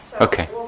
okay